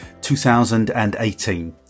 2018